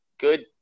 good